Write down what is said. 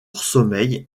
sommeil